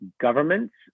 governments